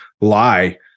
lie